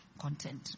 content